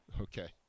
Okay